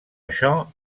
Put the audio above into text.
això